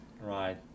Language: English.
right